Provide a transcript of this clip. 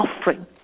offering